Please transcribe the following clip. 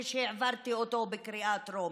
כשהעברתי אותו בקריאה טרומית.